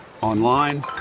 online